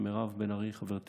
שחברתי מירב בן ארי ארגנה,